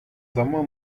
sommer